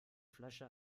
flasche